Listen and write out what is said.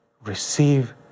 Receive